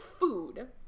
food